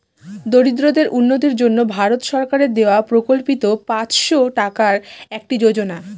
দরিদ্রদের উন্নতির জন্য ভারত সরকারের দেওয়া প্রকল্পিত পাঁচশো টাকার একটি যোজনা